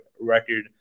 record